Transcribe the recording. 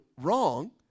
wrong